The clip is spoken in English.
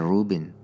Rubin